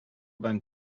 beim